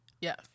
Yes